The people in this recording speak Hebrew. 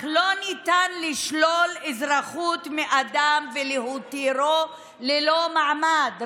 לא ניתן לשלול אזרחות מאדם ולהותירו ללא מעמד.